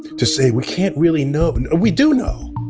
to say, we can't really know. we do know.